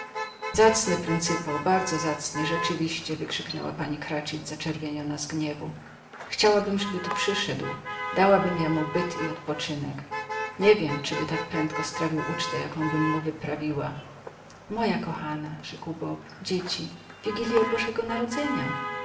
zacny pryncypał bardzo zacny rzeczywiście wykrzyknęła pani cratchit zaczerwieniona z gniewu chciałabym żeby tu przyszedł dałabym ja mu byt i odpoczynek nie wiem czyby tak prędko strawił ucztę jakąbym mu wyprawiła moja kochana rzekł bob dzieci wigilja bożego narodzenia